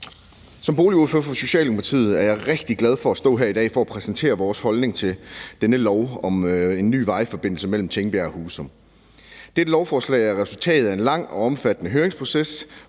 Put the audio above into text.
Som boligordfører for Socialdemokratiet er jeg rigtig glad for at stå her i dag og præsentere vores holdning til denne lov om en ny vejforbindelse mellem Tingbjerg og Husum. Dette lovforslag er resultatet af en lang og omfattende høringsproces,